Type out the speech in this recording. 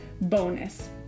bonus